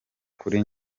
kuri